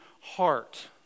heart